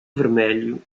vermelho